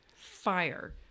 fire